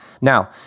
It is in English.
Now